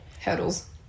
Hurdles